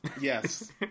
Yes